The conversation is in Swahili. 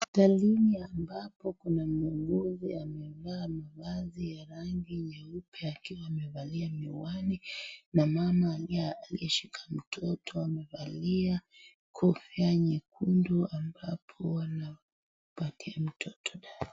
Hospitali ambapo kuna muuguzi amevaa mavazi ya rangi nyeupe akiwa amevalia miwani, na mama aliyeshika mtoto amevalia kofia nyekundu, ambapo wanapatia mtoto dawa.